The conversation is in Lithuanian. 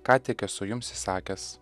ką tik esu jums įsakęs